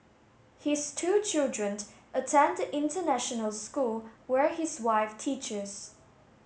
his two children attend the international school where his wife teaches